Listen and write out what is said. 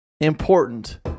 important